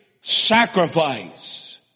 sacrifice